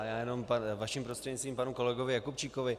Já jenom vašim prostřednictvím panu kolegovi Jakubčíkovi.